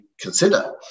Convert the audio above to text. consider